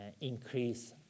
increase